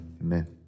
Amen